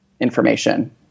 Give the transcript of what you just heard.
information